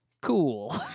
cool